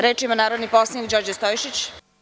Reč ima narodni poslanik Đorđe Stojšić.